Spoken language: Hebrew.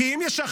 כי אם ישחררו,